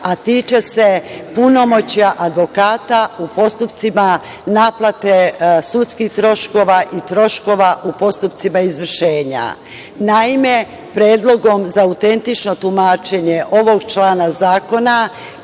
a tiče se punomoćja advokata u postupcima naplate sudskih troškova i troškova u postupcima izvršenja. Naime, Predlogom za autentično tumačenje ovog člana zakona